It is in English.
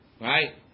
right